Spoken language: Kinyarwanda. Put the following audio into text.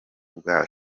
bwa